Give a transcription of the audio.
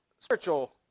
spiritual